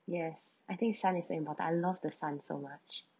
yes I think sun is important I love the sun so much